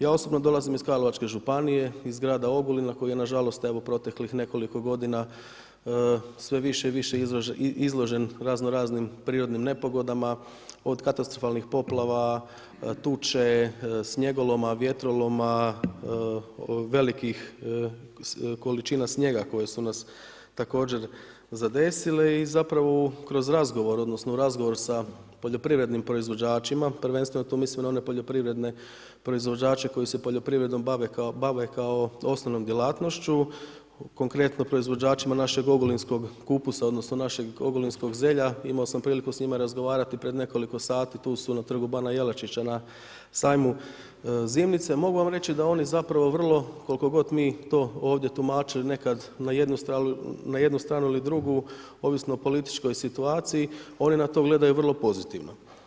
Ja osobno dolazim iz Karlovačke županije, iz grada Ogulina koji je nažalost evo u proteklih nekoliko godina sve više i više izložen razno raznim prirodnim nepogodama, od katastrofalnih poplava, tuče, snijegoloma, vjetroloma, velikih količina snijega koje su nas također zadesile i zapravo u razgovoru sa poljoprivrednim proizvođačima, prvenstveno tu mislim na one poljoprivredne proizvođače koji se poljoprivredom bave kao osnovnom djelatnošću, konkretno proizvođačima našeg Ogulinskog kupusa, odnosno našeg Ogulinskog zelja, imao sam priliku s njima razgovarati pred nekoliko sati, tu su na Trgu bana Jelačića na sajmu zimnice, mogu reći da su oni zapravo vrlo, koliko god mi to ovdje tumačili nekad na jednu stranu ili drugu ovisno o političkoj situaciji, oni na to gledaju vrlo pozitivno.